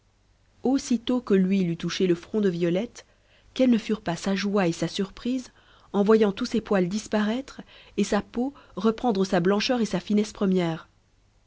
aussitôt que l'huile eut touché le front de violette quelles ne furent pas sa joie et sa surprise en voyant tous ses poils disparaître et sa peau reprendra sa blancheur et sa finesse premières